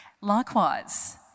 Likewise